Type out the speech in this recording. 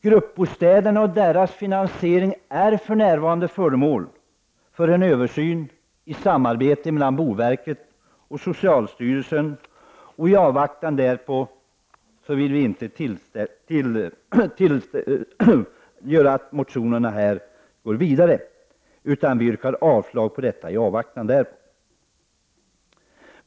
Finansieringen av gruppbostäder är för närvarande föremål för en översyn i samarbete mellan boverket och socialstyrelsen. I avvaktan på detta vill vi inte tillstyrka motionerna.